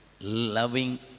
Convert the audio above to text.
loving